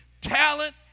Talent